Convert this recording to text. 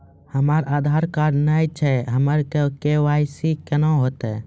हमरा आधार कार्ड नई छै हमर के.वाई.सी कोना हैत?